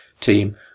team